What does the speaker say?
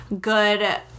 good